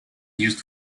used